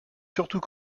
surtout